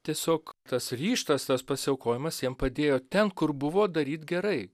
tiesiog tas ryžtas tas pasiaukojimas jiem padėjo ten kur buvo daryt gerai